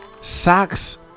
socks